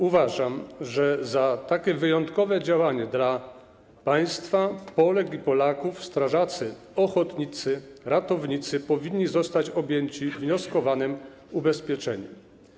Uważam, że za takie wyjątkowe działanie dla państwa, Polek i Polaków, strażacy ochotnicy, ratownicy powinni zostać objęci wnioskowanym ubezpieczeniem.